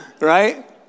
right